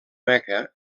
meca